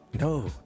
No